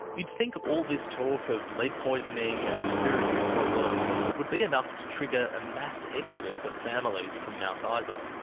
you'd think all this talk of lead poisoning and respiratory problems would be enough to trigger a mass exodus of families from mount ah isa.